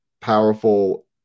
powerful